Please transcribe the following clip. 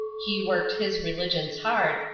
he worked his religions hard,